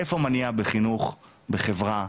איפה המניעה בחינוך, בחברה,